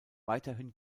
weiterhin